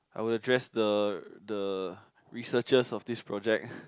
I will address the the researchers of this project